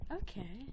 Okay